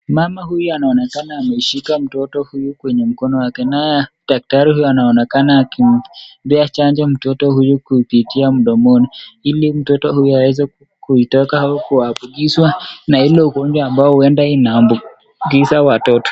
Mama huyu anaonekana ameshika mtoto huyu kwenye mkono wake, naye daktari huyu anaonekana akimpea chanjo mtoto huyu kupitia mdomoni, ili mtoto huyu aweze kuitoka au kuambukizwa na ile ugonjwa ambao huenda inaambukiza watoto.